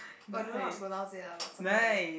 but I don't know how to pronounce it ah but something like that